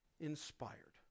inspired